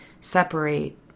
separate